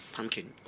Pumpkin